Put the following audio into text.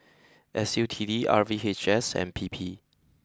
S U T D R V H S and P P